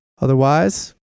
Otherwise